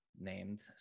named